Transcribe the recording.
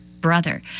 brother